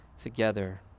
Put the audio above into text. together